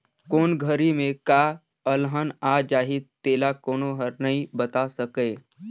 कोन घरी में का अलहन आ जाही तेला कोनो हर नइ बता सकय